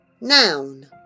Noun